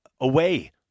away